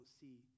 see